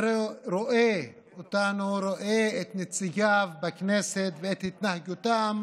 ורואה אותנו, רואה את נציגיו בכנסת ואת התנהגותם,